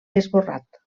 esborrat